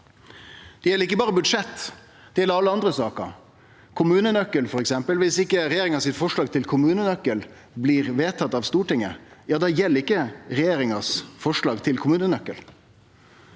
Dette gjeld ikkje berre budsjett, det gjeld alle andre saker – kommunenøkkelen, f.eks. Viss ikkje regjeringa sitt forslag til kommunenøkkel blir vedtatt av Stortinget, ja, da gjeld ikkje regjeringas forslag til kommunenøkkel.